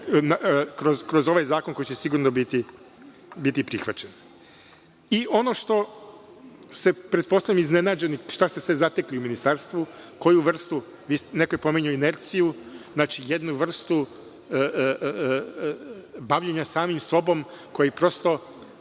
kroz ovaj zakon koji će sigurno biti prihvaćen. Pretpostavljam da ste iznenađeni onim što ste zatekli u Ministarstvu, koju vrstu, neko je pominjao inerciju, znači jednu vrstu bavljenja samim sobom koja je prosto